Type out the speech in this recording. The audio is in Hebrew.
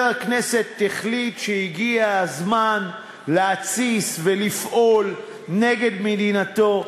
הכנסת החליט שהגיע הזמן להתסיס ולפעול נגד מדינתו.